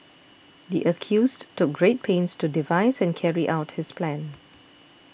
the accused took great pains to devise and carry out his plan